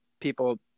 people